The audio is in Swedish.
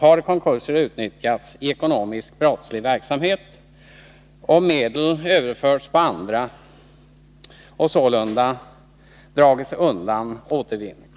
har konkurser utnyttjats i ekonomiskt brottslig verksamhet och medel överförts på andra och sålunda dragits undan återvinning.